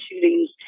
shootings